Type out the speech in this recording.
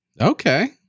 Okay